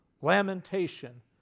lamentation